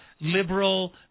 liberal